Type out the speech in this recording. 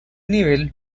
nivel